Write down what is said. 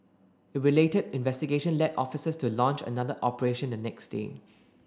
a related investigation led officers to launch another operation the next day